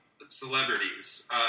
Celebrities